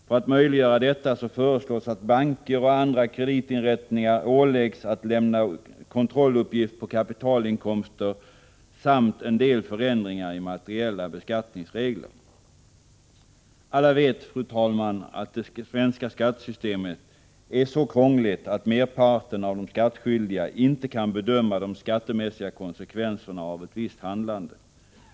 För att möjliggöra detta föreslås att banker och andra kreditinrättningar åläggs att lämna kontrolluppgift på kapitalinkomster samt en del förändringar i materiella beskattningsregler. Alla vet att det svenska skattesystemet är så krångligt att merparten av de skattskyldiga inte kan bedöma de skattemässiga konsekvenserna av ett visst handlande.